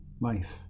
life